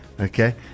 Okay